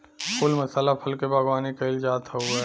फूल मसाला फल के बागवानी कईल जात हवे